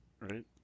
Right